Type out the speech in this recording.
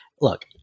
Look